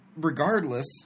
Regardless